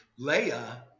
Leia